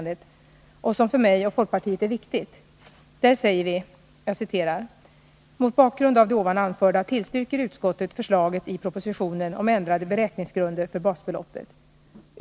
Det finns på s. 18 i betänkandet och vi säger: ”Mot bakgrund av det ovan anförda tillstyrker utskottet förslaget i propositionen om ändrade beräkningsgrunder för basbeloppet.